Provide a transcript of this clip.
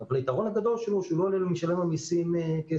אבל היתרון הגדול שלו הוא שהוא לא עולה למשלם המסים כסף.